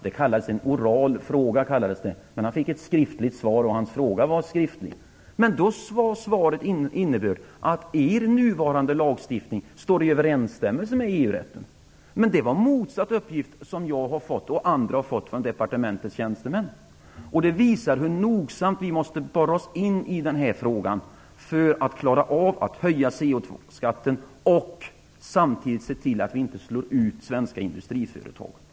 Den kallades en "oral" fråga, även om frågan var skriftligt ställd och fick ett skriftligt svar. Svaret hade den innebörden att vår nuvarande lagstiftning står i överensstämmelse med EU Denna uppgift var motsatsen till den som jag och andra har fått från departementets tjänstemän. Detta visar hur nogsamt vi måste borra oss in i denna fråga för att lyckas höja CO2-skatten och samtidigt se till att vi inte slår ut svenska industriföretag.